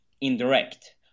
indirect